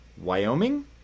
Wyoming